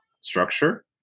structure